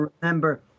remember